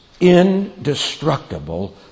indestructible